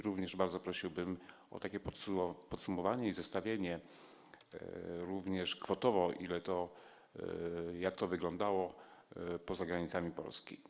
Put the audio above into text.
Również bardzo prosiłbym o takie posumowanie i zestawienie, również kwotowe, jak to wyglądało poza granicami Polski.